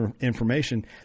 information